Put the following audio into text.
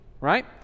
right